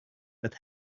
that